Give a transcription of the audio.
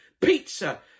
Pizza